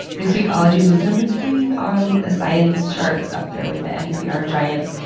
this week ologies was number three on the science charts, up there with the npr giants.